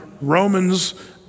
Romans